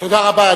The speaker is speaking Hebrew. תודה רבה.